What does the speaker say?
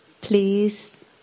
please